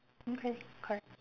okay correct